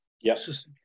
Yes